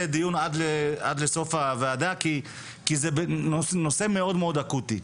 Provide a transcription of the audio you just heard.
הדיון עד סוף הדיון כי זה נושא מאוד-מאוד אקוטי.